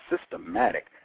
systematic